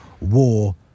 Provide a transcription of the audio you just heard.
war